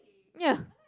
ya